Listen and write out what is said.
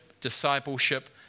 discipleship